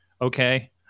Okay